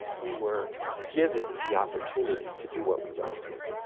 we were given the opportunity to do what we wanted.